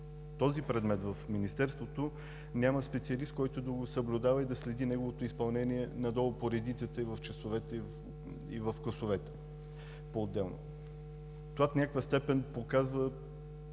този предмет в Министерството няма специалист, който да го съблюдава и да следи неговото изпълнение надолу по редицата в часовете и в класовете поотделно. Това в някаква степен показва